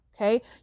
okay